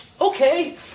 okay